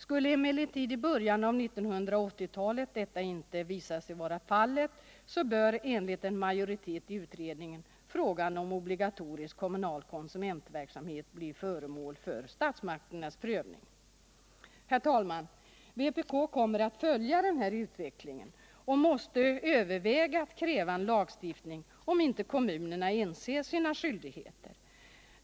Skulle emellertid i början av 1980-talet detta inte visa sig vara fallet bör enligt en majoritet i utredningen frågan om obligatorisk kommunal konsumentverksamhet bli föremål för statsmakternas prövning. Vpk kommer att följa utvecklingen och måste överväga att kräva en lagstiftning, om inte kommunerna inser sina skyldigheter.